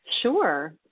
Sure